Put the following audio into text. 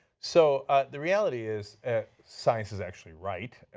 so ah the reality is, science is actually right.